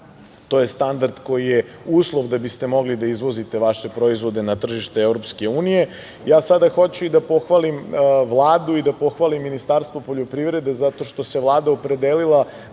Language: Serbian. To je standard koji je uslov da biste mogli da izvozite vaše proizvode na tržište Evropske unije. Ja sada hoću i da pohvalim Vladu i da pohvalim Ministarstvo poljoprivrede, zato što se Vlada opredelila